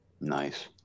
Nice